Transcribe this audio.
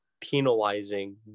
penalizing